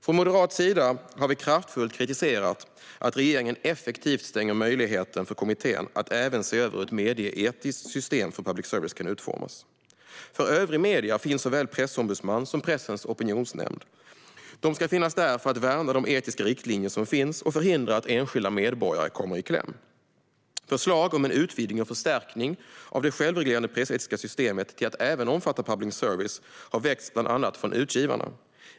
Från moderat sida har vi kraftfullt kritiserat att regeringen effektivt stänger möjligheten för kommittén att även se över hur ett medieetiskt system för public service kan utformas. För övriga medier finns såväl pressombudsman som Pressens Opinionsnämnd för att värna de etiska riktlinjer som finns och förhindra att enskilda medborgare kommer i kläm. Förslag om en utvidgning och förstärkning av det självreglerande pressetiska systemet till att även omfatta public service har väckts från bland annat Utgivarna.